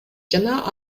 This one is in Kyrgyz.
жана